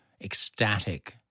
ecstatic